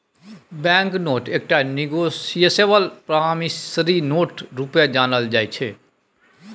bank note एकटा negotiable promissory note रुपे जानल जाइ छै